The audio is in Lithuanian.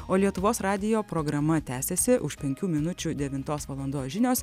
o lietuvos radijo programa tęsiasi už penkių minučių devintos valandos žinios